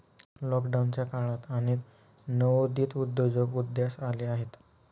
लॉकडाऊनच्या काळात अनेक नवोदित उद्योजक उदयास आले आहेत